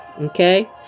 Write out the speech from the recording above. Okay